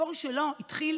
הסיפור שלו התחיל